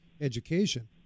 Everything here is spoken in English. education